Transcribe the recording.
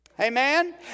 Amen